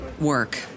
work